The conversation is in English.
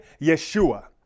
yeshua